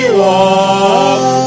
walk